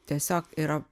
tiesiog yra